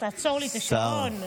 תעצור לי את השעון.